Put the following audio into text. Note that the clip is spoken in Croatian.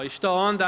I što onda?